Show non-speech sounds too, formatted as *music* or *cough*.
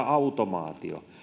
*unintelligible* automaatio